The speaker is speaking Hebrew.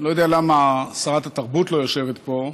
לא יודע למה שרת התרבות לא יושבת פה.